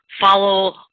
follow